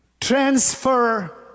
transfer